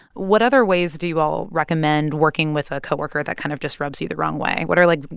what other ways do you all recommend working with a coworker that kind of just rubs you the wrong way? what are, like,